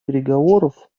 переговоров